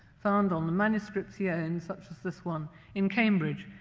found on the manuscripts here, and such as this one in cambridge,